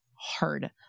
hard